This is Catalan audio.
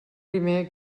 primer